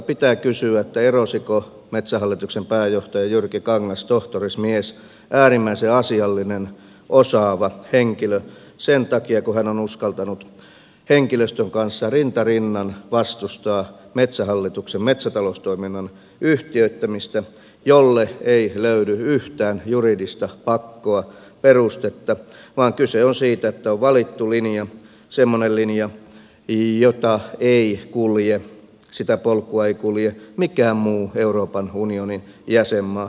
pitää kysyä erosiko metsähallituksen pääjohtaja jyrki kangas tohtorismies äärimmäisen asiallinen osaava henkilö sen takia kun hän on uskaltanut henkilöstön kanssa rinta rinnan vastustaa metsähallituksen metsätaloustoiminnan yhtiöittämistä jolle ei löydy yhtään juridista pakkoa perustetta vaan kyse on siitä että on valittu semmoinen linja semmonellin ja piilottaa siis kuluvia jota polkua ei kulje mikään muu euroopan unionin jäsenmaa